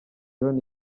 john